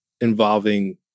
involving